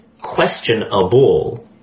questionable